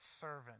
servant